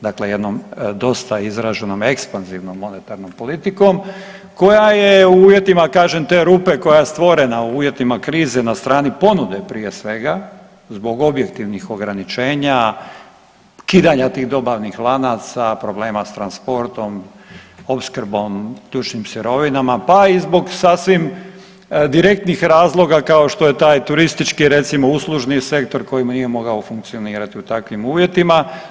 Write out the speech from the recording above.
Dakle, jednom dosta izraženom ekspanzivnom monetarnom politikom koja je u uvjetima kažem te rupe koja je stvorena u uvjetima krize na strani ponude prije svega zbog objektivnih ograničenja, kidanja tih dobavnih lanaca, problema s transportom, opskrbom, ključnim sirovinama, pa i zbog sasvim direktnih razloga kao što je taj turistički recimo uslužni sektor koji nije mogao funkcionirati u takvim uvjetima.